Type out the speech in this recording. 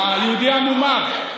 היהודי המומר.